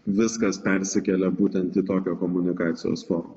viskas persikėlė būtent į tokią komunikacijos formą